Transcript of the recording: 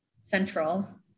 central